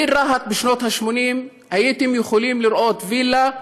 בעיר רהט בשנות ה-80 הייתם יכולים לראות וילה,